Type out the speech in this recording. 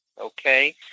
okay